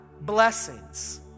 Blessings